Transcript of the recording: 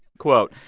quote,